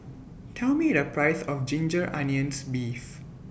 Tell Me The Price of Ginger Onions Beef